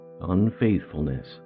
unfaithfulness